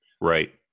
Right